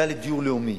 ועדה לדיור לאומי,